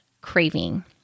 craving